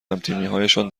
همتیمیهایشان